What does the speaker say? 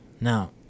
Now